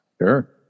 Sure